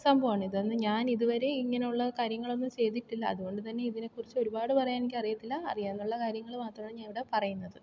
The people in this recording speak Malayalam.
സംഭവമാണിത് എന്നാൽ ഞാനിത് വരെ ഇങ്ങനെ ഉള്ള കാര്യങ്ങളൊന്നും ചെയ്തിട്ടില്ല അതുകൊണ്ട് തന്നെ ഇതിനെ കുറിച്ച് ഒരുപാട് പറയാന് എനിക്കറിയത്തില്ല അറിയാന്നുള്ള കാര്യങ്ങള് മാത്രമേ ഞാനിവിടെ പറയുന്നത്